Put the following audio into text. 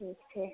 ठीक छै